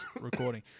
recording